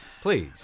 Please